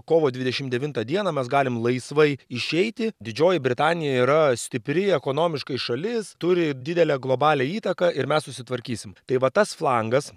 kovo dvidešimt devintą dieną mes galim laisvai išeiti didžioji britanija yra stipri ekonomiškai šalis turi didelę globalią įtaką ir mes susitvarkysim tai vat tas flangas